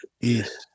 Yes